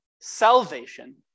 salvation